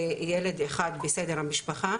ילד אחד בסדר המשפחה,